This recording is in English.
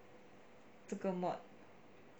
这个 mod